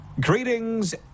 greetings